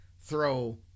throw